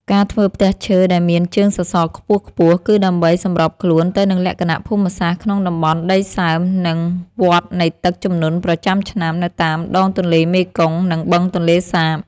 ការធ្វើផ្ទះឈើដែលមានជើងសសរខ្ពស់ៗ គឺដើម្បីសម្របខ្លួនទៅនឹងលក្ខណៈភូមិសាស្ត្រក្នុងតំបន់ដីសើម និងវដ្តនៃទឹកជំនន់ប្រចាំឆ្នាំនៅតាមដងទន្លេមេគង្គ និងបឹងទន្លេសាប។